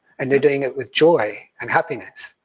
and they're doing it with joy and happiness.